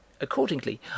Accordingly